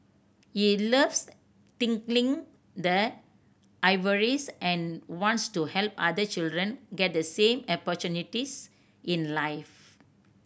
he loves tinkling the ivories and wants to help other children get the same opportunities in life